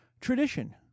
tradition